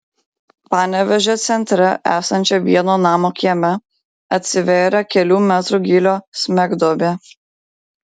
panevėžio centre esančio vieno namo kieme atsivėrė kelių metrų gylio smegduobė